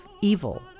evil